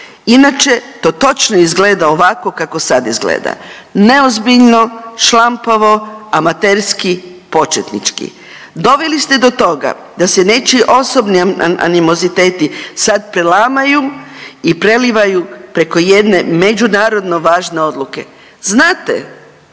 Inače, to točno izgleda ovako kako sada izgleda. Neozbiljno, šlampavo, amaterski, početnički. Doveli ste do toga da se nečiji osobni animoziteti sad prelamaju i prelivaju preko jedne međunarodno važne odluke. Znate